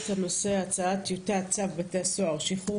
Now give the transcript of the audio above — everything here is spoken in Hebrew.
הנושא: הצעת טיוטת צו בתי הסוהר (שחרור